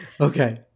Okay